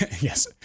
Yes